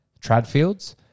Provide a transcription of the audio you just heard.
Tradfields